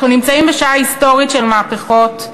אנחנו נמצאים בשעה היסטורית של מהפכות,